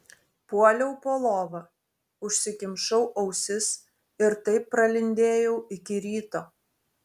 puoliau po lova užsikimšau ausis ir taip pralindėjau iki ryto